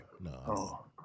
No